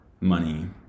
money